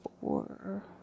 four